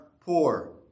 poor